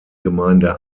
gemeinde